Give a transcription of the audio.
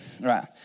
Right